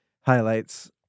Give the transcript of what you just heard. highlights